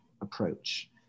approach